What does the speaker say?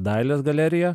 dailės galerija